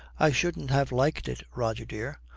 i shouldn't have liked it, rogie dear.